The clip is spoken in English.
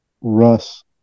Russ